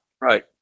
Right